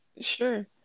Sure